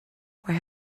where